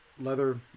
leather